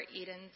Eden's